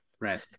Right